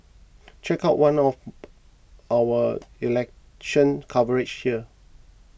check out one of our election coverage here